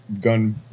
gun